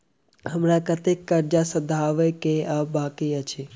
हमरा कतेक कर्जा सधाबई केँ आ बाकी अछि?